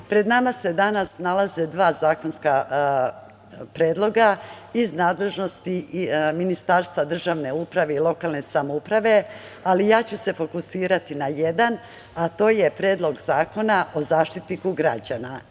pred nama se danas nalaze dva zakonska predloga iz nadležnosti Ministarstva državne uprave i lokalne samouprave, ali ja ću se fokusirati na jedan, a to je Predlog zakona o Zaštitniku građana.Zašto?